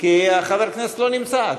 כי חבר הכנסת לא נמצא.